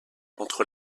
entre